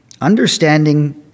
Understanding